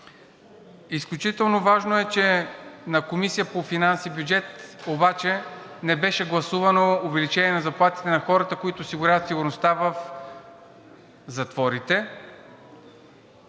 Изключително важно е, че в Комисията по финанси и бюджет обаче не беше гласувано увеличение на заплатите на хората, които осигуряват сигурността в затворите